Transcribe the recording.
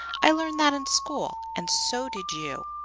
i learned that in school, and so did you.